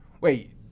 wait